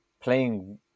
playing